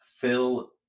Phil